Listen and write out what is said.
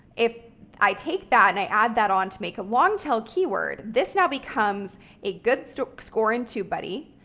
if i take that and i add that on to make a long-tail keyword, this now becomes a good so score in tubebuddy.